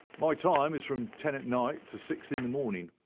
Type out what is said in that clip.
my time is from ten at night to six in the morning.